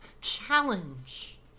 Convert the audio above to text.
challenge